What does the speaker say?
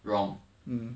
wrong